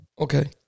okay